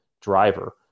driver